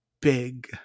big